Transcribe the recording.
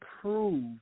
prove